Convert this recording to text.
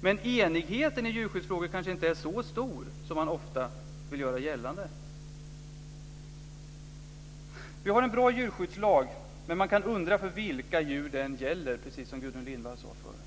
Men enigheten i djurskyddsfrågor kanske inte är så stor som man ofta vill göra gällande. Vi har en bra djurskyddslag, men man kan undra för vilka djur den gäller, precis som Gudrun Lindvall sade förut.